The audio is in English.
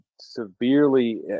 severely